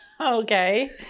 Okay